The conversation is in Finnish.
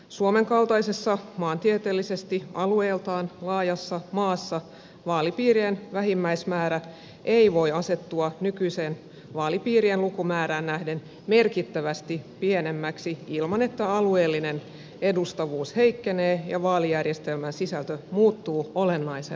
suomen kaltaisessa maantieteellisesti alueeltaan laajassa maassa vaalipiirien vähimmäismäärä ei voi asettua nykyiseen vaalipiirien lukumäärään nähden merkittävästi pienemmäksi ilman että alueellinen edustavuus heikkenee ja vaalijärjestelmän sisältö muuttuu olennaisella tavalla